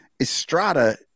Estrada